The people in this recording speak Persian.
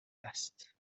است